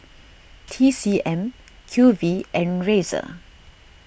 T C M Q V and Razer